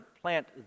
plant